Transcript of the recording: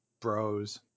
bros